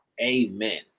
Amen